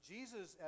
Jesus